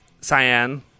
Cyan